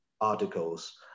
articles